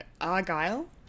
Argyle